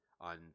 on